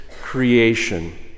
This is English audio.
creation